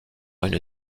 une